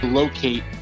Locate